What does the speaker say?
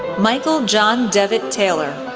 michael john devitt taylor,